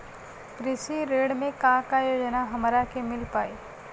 कृषि ऋण मे का का योजना हमरा के मिल पाई?